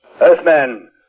Earthman